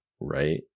right